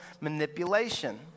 manipulation